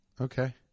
Okay